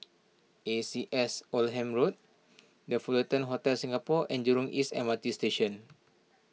A C S Oldham the Fullerton Hotel Singapore and Jurong East M R T Station